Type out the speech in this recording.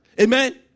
Amen